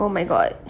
oh my god